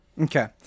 Okay